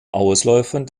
ausläufern